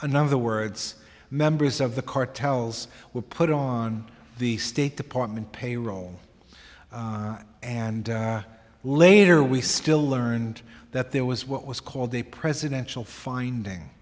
another words members of the cartels were put on the state department payroll and later we still learned that there was what was called a presidential finding